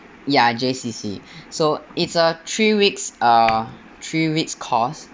ya J_C_C so it's a three weeks uh three weeks' course